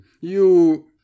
You—